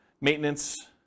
maintenance